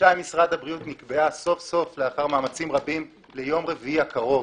היא נקבעה סוף-סוף לאחר מאמצים רבים ליום רביעי הקרוב.